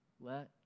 Let